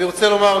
אני רוצה לומר,